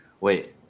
wait